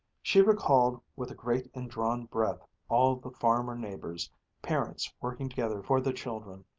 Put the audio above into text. she recalled with a great indrawn breath all the farmer-neighbors parents working together for the children,